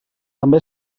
també